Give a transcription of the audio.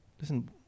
listen